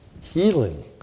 healing